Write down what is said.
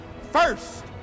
First